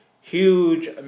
huge